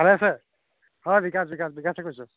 ভালে আছে হয় বিকাশ বিকাশ বিকাশে কৈছোঁ